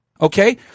okay